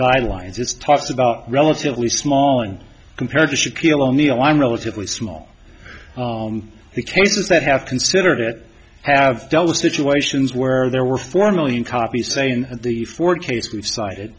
guideline just talked about relatively small and compared to shaquille o'neal i'm relatively small the cases that have considered it have dealt with situations where there were four million copies say in the four